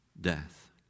death